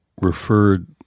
referred